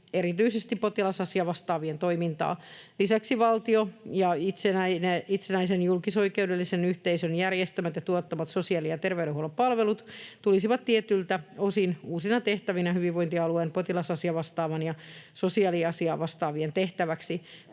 erityisesti potilasasiavastaavien toimintaa. Lisäksi valtion ja itsenäisen julkisoikeudellisen yhteisön järjestämät ja tuottamat sosiaali- ja ter-veydenhuollon palvelut tulisivat tietyiltä osin uusina tehtävinä hyvinvointialueen potilas-asiavastaavien ja sosiaaliasiavastaavien tehtäväksi.